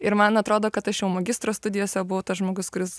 ir man atrodo kad aš jau magistro studijose buvau tas žmogus kuris